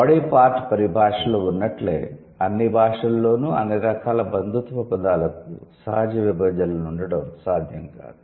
body part పరిభాషలో ఉన్నట్లే అన్ని భాషలలోనూ అన్ని రకాల బంధుత్వ పదాలకు సహజ విభజనలు ఉండడం సాధ్యం కాదు